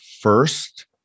first